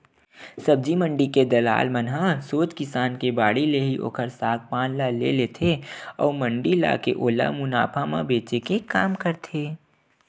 सब्जी मंडी के दलाल मन ह सोझ किसान के बाड़ी ले ही ओखर साग पान ल ले लेथे अउ मंडी लाके ओला मुनाफा म बेंचे के काम करथे